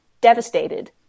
devastated